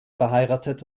verheiratet